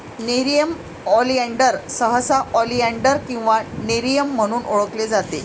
nerium oleander सहसा oleander किंवा nerium म्हणून ओळखले जाते